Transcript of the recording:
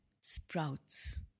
sprouts